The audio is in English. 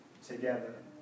Together